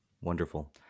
Wonderful